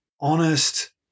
honest